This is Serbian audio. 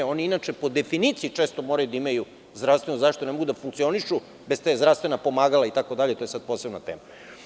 Oni inače po definiciji često moraju da imaju zdravstvenu zaštitu jer ne mogu da funkcionišu bez zdravstvenih pomagala itd. to je sada posebna tema.